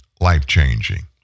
life-changing